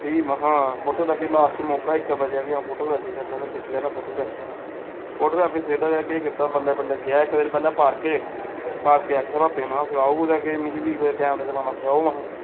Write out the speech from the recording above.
फ्ही महां photography last च मौका इक्कै बचेआ अ'ऊं फोटोग्राफी लै सिक्खी लैना फोटोग्राफी फोटोग्राफी सिखदा गै केह् कीता बल्लें बल्लें गेआ इक दिन पैह्ले पार्के पार्के आखेआ पापे महां सखाओ कुतै कि मिगी बी कुतै कैमरा चलाना सखाओ महां